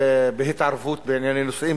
בהתערבות בענייני נישואים,